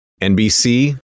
NBC